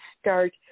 start